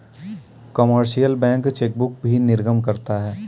commercial bank chequebook भी निर्गम करता है